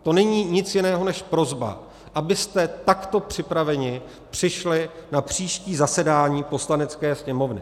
To není nic jiného než prosba, abyste takto připraveni přišli na příští zasedání Poslanecké sněmovny.